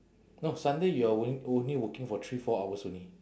no sunday you are only only working for three four hours only